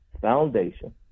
Foundation